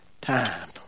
time